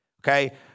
okay